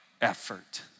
effort